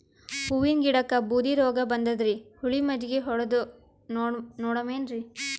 ಹೂವಿನ ಗಿಡಕ್ಕ ಬೂದಿ ರೋಗಬಂದದರಿ, ಹುಳಿ ಮಜ್ಜಗಿ ಹೊಡದು ನೋಡಮ ಏನ್ರೀ?